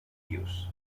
hughes